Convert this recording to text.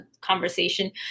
conversation